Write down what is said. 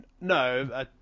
No